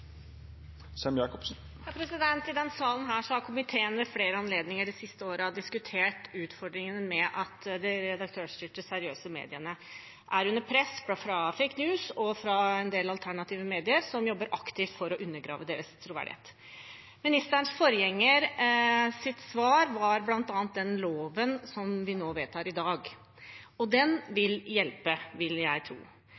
I denne salen har komiteen ved flere anledninger de siste årene diskutert utfordringene med at de redaktørstyrte, seriøse mediene er under press fra «fake news» og en del alternative medier som jobber aktivt for å undergrave deres troverdighet. Ministerens forgjengers svar var bl.a. loven vi vedtar i dag. Den vil hjelpe, vil jeg tro. Men jeg mener også at vi